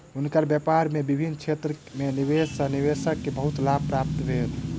हुनकर व्यापार में विभिन्न क्षेत्र में निवेश सॅ निवेशक के बहुत लाभ प्राप्त भेल